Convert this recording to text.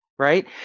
Right